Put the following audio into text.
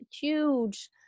huge